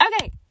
okay